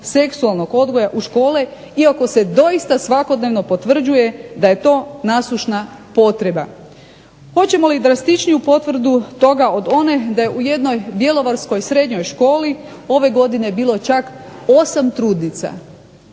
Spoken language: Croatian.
seksualnog odgoja u škole iako se doista svakodnevno potvrđuje da je to nasušna potreba. Hoćemo li drastičniju potvrdu toga od one da je u jednoj bjelovarskoj srednjoj školi ove godine bilo čak osam trudnica,